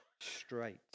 straight